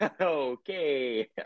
Okay